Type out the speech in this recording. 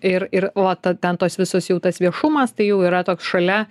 ir ir va ta ten tos visos jau tas viešumas tai jau yra toks šalia